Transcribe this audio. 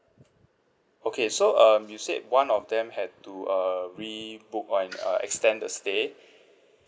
okay so um you said one of them had to uh rebook on uh extend the stay